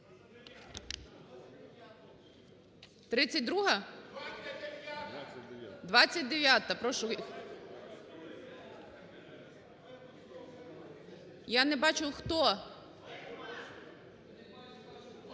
32-а? 29-а. Прошу... Я не бачу хто.